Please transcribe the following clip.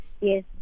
Yes